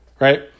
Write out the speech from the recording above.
right